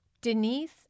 Denise